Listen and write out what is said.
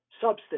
substance